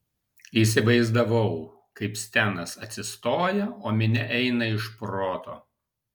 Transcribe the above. įsivaizdavau kaip stenas atsistoja o minia eina iš proto